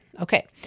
Okay